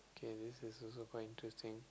K this is also quite interesting